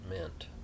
Meant